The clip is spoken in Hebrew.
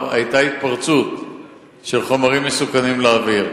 התפרצות של חומרים מסוכנים לאוויר.